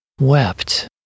wept